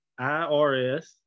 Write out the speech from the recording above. IRS